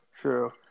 true